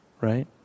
Right